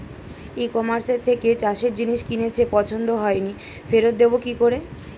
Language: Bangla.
ই কমার্সের থেকে চাষের জিনিস কিনেছি পছন্দ হয়নি ফেরত দেব কী করে?